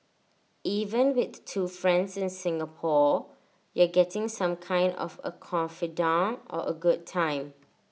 even with two friends in Singapore you're getting some kind of A confidante or A good time